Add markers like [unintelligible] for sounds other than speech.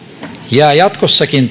jää jatkossakin [unintelligible]